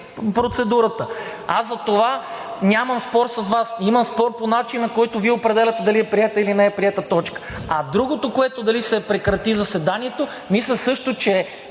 процедурата? Аз затова нямам спор с Вас, а имам спор по начина, който Вие определяте дали е приета, или не е приета точката. А другото, което е – дали да се прекрати заседанието, мисля, че